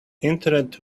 internet